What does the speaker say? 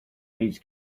needs